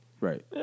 Right